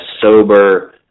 sober